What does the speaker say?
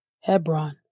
Hebron